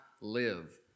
live